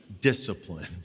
discipline